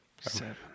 Seven